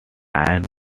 ann